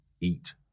eat